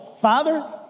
Father